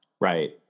right